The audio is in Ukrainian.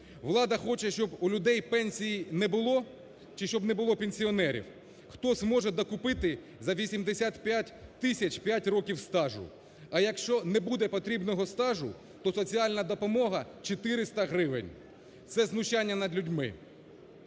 Влада хоче, щоб у людей пенсії не було чи щоб не було пенсіонерів? Хто зможе докупити за 85 тисяч 5 років стажу? А якщо не буде потрібно стажу, то соціальна допомога – 400 гривень. Це знущання над людьми.